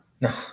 No